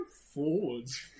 forwards